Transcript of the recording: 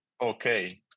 Okay